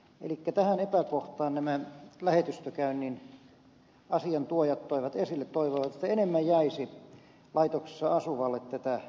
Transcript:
elikkä tähän epäkohtaan nämä lähetystökäynnin asian tuojat toivat esille ja toivoivat että enemmän jäisi laitoksessa asuvalle tätä käyttövaraa